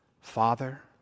father